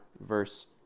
verse